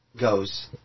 goes